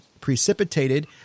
precipitated